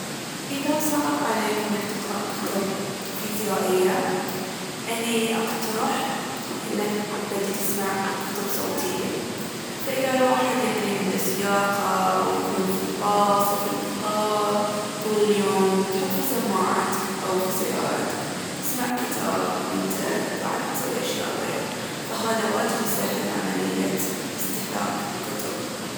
اذا صعب عليك انك تقرأ كتب فيزيائية، أني اقترح انك تبدي تسمع كتب صوتية. فإذا الواحد يعني عنده سياقة او يكون في الباص او في القطار طول اليوم، تحط في سماعتك أو في سيارتك تسمع كتاب وانته قاعد تسوي أشياء غير. فهذا واجد يسهل عملية الاستهلاك للكتب.